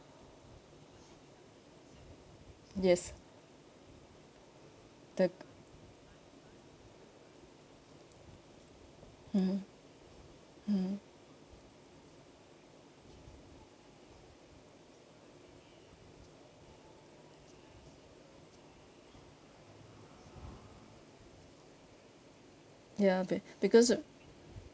yes that mmhmm mmhmm ya be~ because of